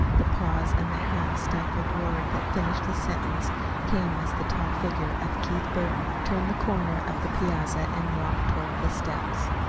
the pause, and the half-stifled word that finished the sentence came as the tall figure of keith burton turned the corner of the piazza and walked toward the steps.